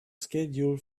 schedule